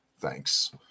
Thanks